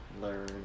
learn